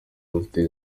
rufite